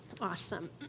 Awesome